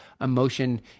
emotion